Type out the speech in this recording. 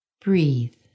Breathe